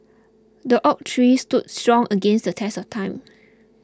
the oak tree stood strong against the test of time